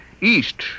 east